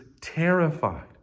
terrified